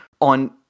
on